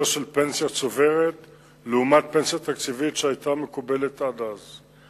של פנסיה צוברת לעומת פנסיה תקציבית שהיתה מקובלת עד אז.